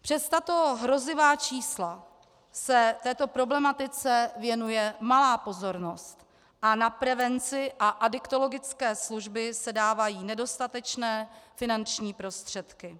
Přes tato hrozivá čísla se této problematice věnuje malá pozornost a na prevenci a adiktologické služby se dávají nedostatečné finanční prostředky.